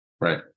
Right